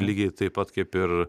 lygiai taip pat kaip ir